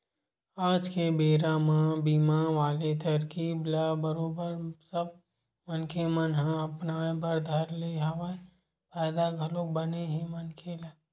आज के बेरा म बीमा वाले तरकीब ल बरोबर सब मनखे मन ह अपनाय बर धर ले हवय फायदा घलोक बने हे मनखे ल